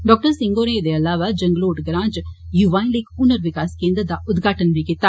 doctor Singh होरें ऐदे अलावा जंगलोट ग्रां च युवाए लेई इक हुनर विकास केन्द्र दा उदघाटन बी कीता